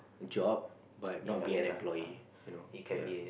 job but not be an employee you know ya